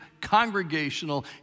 congregational